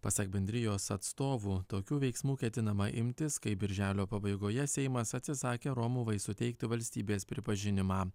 pasak bendrijos atstovų tokių veiksmų ketinama imtis kai birželio pabaigoje seimas atsisakė romuvai suteikti valstybės pripažinimą